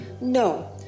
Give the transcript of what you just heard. No